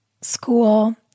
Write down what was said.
school